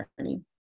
journey